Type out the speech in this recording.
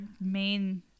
main